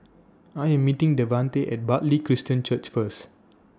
I Am meeting Devante At Bartley Christian Church First